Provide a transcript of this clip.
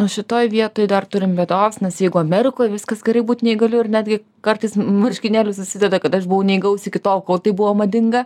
nu šitoj vietoj dar turime bėdos nes jeigu amerikoj viskas gerai būt neįgaliu ir netgi kartais marškinėlius užsideda kad aš buvau neįgalus iki tol kol tai buvo madinga